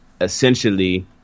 essentially